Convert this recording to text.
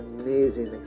amazing